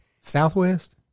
Southwest